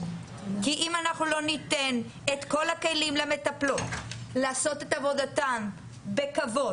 כי אם אנחנו לא ניתן את כל הכלים למטפלות לעשות את עבודתן בכבוד,